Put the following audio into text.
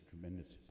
tremendous